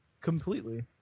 completely